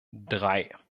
drei